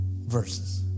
verses